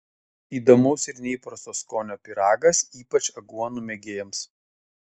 įdomaus ir neįprasto skonio pyragas ypač aguonų mėgėjams